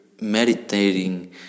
meditating